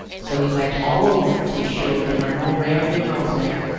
so we went all over it to be sure there were no rare minerals there,